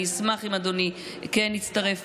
אני אשמח אם אדוני כן יצטרף.